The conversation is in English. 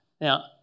Now